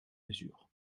mesure